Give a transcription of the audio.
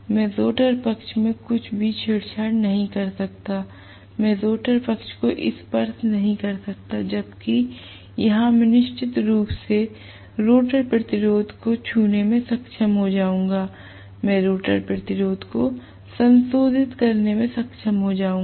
मैं रोटर पक्ष में कुछ भी छेड़छाड़ नहीं कर सकता मैं रोटर पक्ष को स्पर्श नहीं कर सकता जबकि यहां मैं निश्चित रूप से रोटर प्रतिरोध को छूने में सक्षम हो जाऊंगा मैं रोटर प्रतिरोध को संशोधित करने में सक्षम हो जाऊंगा